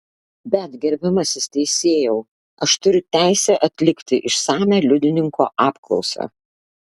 bet gerbiamasis teisėjau aš turiu teisę atlikti išsamią liudininko apklausą